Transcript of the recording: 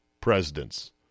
presidents